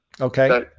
Okay